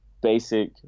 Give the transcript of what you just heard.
basic